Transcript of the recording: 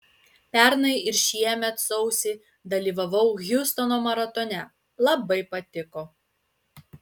pernai ir šiemet sausį dalyvavau hiūstono maratone labai patiko